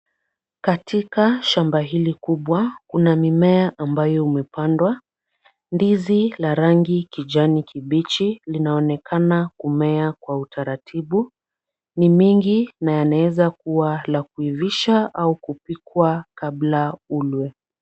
Katika shamba hili kubwa kuna mimea ambayo umepandwa, ndizi la rangi kijani kibichi. linaonekana kumea kwa utaratibu. Ni mingi na yanaweza kuwa la kuivisha au kupikwa kabla ulwe .